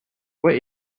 what